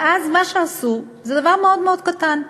ואז מה שעשו זה דבר מאוד מאוד קטן: